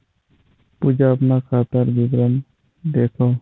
पूजा अपना खातार विवरण दखोह